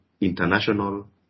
international